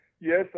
yes